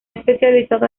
especializado